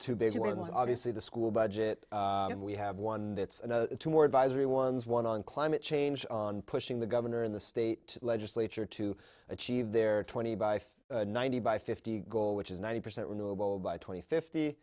two big ones obviously the school budget and we have one that's another two more advisory ones one on climate change on pushing the governor in the state legislature to achieve their twenty by ninety by fifty goal which is ninety percent renewable by twenty